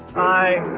i